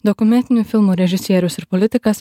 dokumentinių filmų režisierius ir politikas